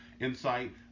Insight